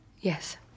Yes